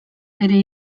bere